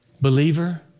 Believer